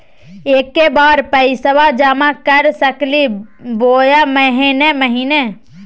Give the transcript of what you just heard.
एके बार पैस्बा जमा कर सकली बोया महीने महीने?